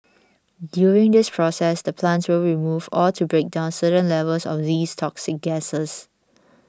during this process the plants will remove or to break down certain levels of these toxic gases